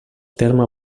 terme